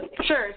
Sure